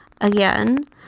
again